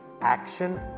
Action